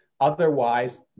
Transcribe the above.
Otherwise